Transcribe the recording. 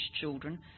children